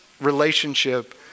relationship